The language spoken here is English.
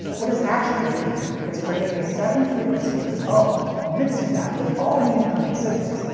what it's actually doing is creating a second frequency of its own, mixing that with all the incoming signals,